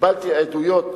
קיבלתי עדויות